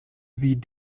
sie